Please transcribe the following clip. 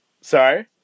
Sorry